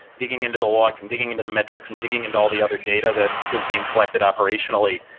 digging into the logs and digging into the metrics and digging and all the other data that was being collected operationally.